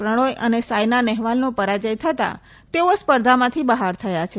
પ્રણોથ અને સાઈના નહેવાલનો પરાજય થતાં તેઓ સ્પર્ધામાંથી બહાર થયા છે